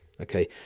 Okay